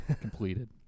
completed